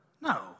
No